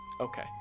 Okay